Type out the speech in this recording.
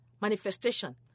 manifestation